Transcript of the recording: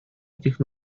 этих